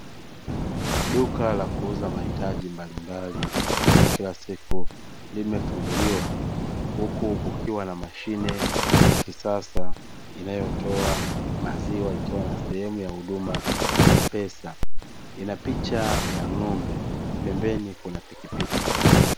Duka la kuuza mahitaji mbalimbali ya kila siku limefunguliwa huku kukiwa na mashine ya kisasa inayotoa maziwa ikiwa na sehemu ya huduma ya pesa, ina picha ya ng’ombe pembeni kuna pikipiki.